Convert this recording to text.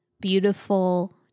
beautiful